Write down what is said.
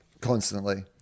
constantly